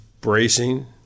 bracing